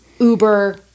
uber